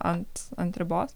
ant ant ribos